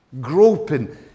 groping